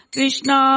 Krishna